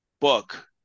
book